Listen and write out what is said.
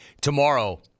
Tomorrow